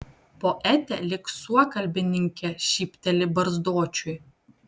poetė lyg suokalbininkė šypteli barzdočiui